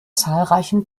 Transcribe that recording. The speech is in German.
zahlreichen